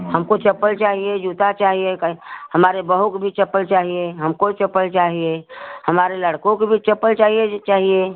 हमको चप्पल चाहिए जूता चाहिए कई हमारे बहु को भी चप्पल चाहिए हमको चप्पल चाहिए हमारे लड़कों को भी चप्पल चाहिए चाहिए